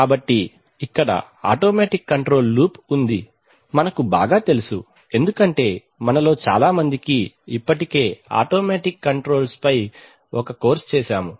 కాబట్టి ఇక్కడ automatic control loop ఉంది మనకు బాగా తెలుసు ఎందుకంటే మనలో చాలా మందికి ఇప్పటికే ఆటోమేటిక్ కంట్రోల్స్పై ఒక కోర్సు చేశాము